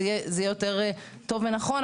זה יהיה יותר טוב ונכון,